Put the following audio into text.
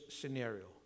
scenario